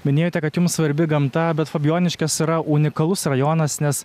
minėjote kad jums svarbi gamta bet fabijoniškės yra unikalus rajonas nes